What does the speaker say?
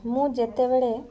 ମୁଁ ଯେତେବେଳେ